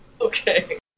Okay